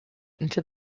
into